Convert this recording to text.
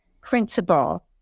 principle